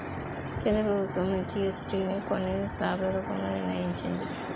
కేంద్ర ప్రభుత్వం జీఎస్టీ ని కొన్ని స్లాబ్ల రూపంలో నిర్ణయించింది